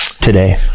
today